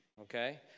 okay